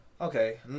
Okay